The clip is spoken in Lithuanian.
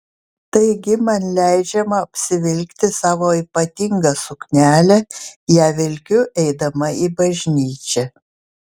taigi man leidžiama apsivilkti savo ypatingą suknelę ją vilkiu eidama į bažnyčią